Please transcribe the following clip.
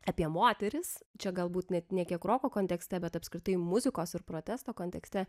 apie moteris čia galbūt net ne kiek roko kontekste bet apskritai muzikos ir protesto kontekste